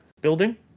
building